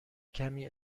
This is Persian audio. کمی